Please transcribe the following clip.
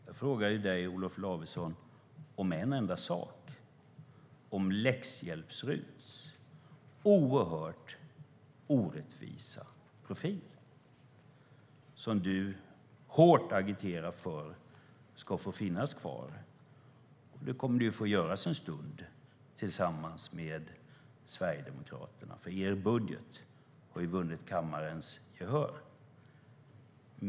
Jag frågade dig, Olof Lavesson, om en enda sak - läxhjälps-RUT:s oerhört orättvisa profil, som du hårt agiterar för ska få finnas kvar. Nu kommer det att få finnas kvar en stund, tillsammans med Sverigedemokraterna, eftersom er budget har vunnit kammarens gehör.